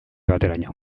bateraino